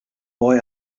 boy